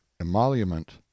Emolument